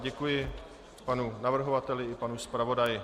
Děkuji panu navrhovateli i panu zpravodaji.